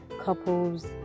couples